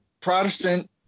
Protestant